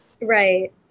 Right